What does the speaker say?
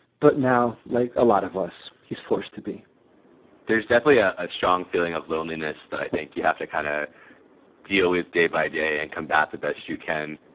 but now, like a lot of us, he's forced to be there's definitely ah a strong feeling of loneliness that i think you have to kind of deal with day by day and come back the best you can.